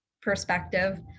perspective